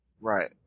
Right